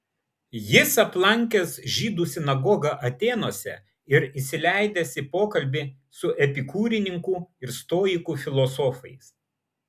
jis aplankęs žydų sinagogą atėnuose ir įsileidęs į pokalbį su epikūrininkų ir stoikų filosofais